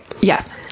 yes